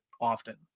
often